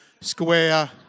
square